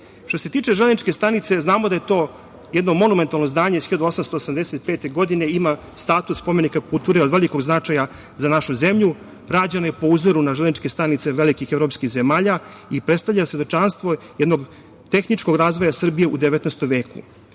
se tiče Železničke stanice znamo da je to jedno monumentalno zdanje iz 1885. godine. Ima status spomenika kulture od velikog značaja za našu zemlju. Rađeno je po uzoru na železničke stanice velikih evropskih zemalja i predstavlja svedočanstvo jednog tehničkog razvoja Srbije u 19. veku.